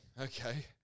okay